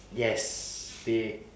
yes they